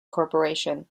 corporation